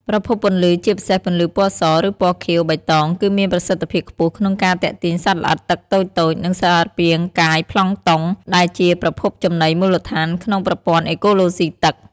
ប្រភពពន្លឺ ជាពិសេសពន្លឺពណ៌ស ឬពណ៌ខៀវ-បៃតង គឺមានប្រសិទ្ធភាពខ្ពស់ក្នុងការទាក់ទាញសត្វល្អិតទឹកតូចៗ និងសារពាង្គកាយប្លង់តុង ដែលជាប្រភពចំណីមូលដ្ឋានក្នុងប្រព័ន្ធអេកូឡូស៊ីទឹក។